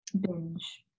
binge